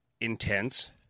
intense